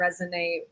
resonate